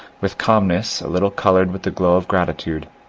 with calmness a little coloured with the glow of gratitude,